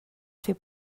fer